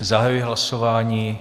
Zahajuji hlasování.